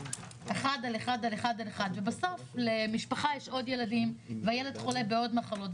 אחד על אחד על אחד ובסוף למשפחה יש כמה ילדים והילד חולה בעוד מחלות,